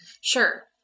Sure